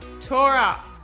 Tora